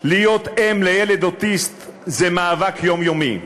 "להיות אם לילד אוטיסט זה מאבק יומיומי.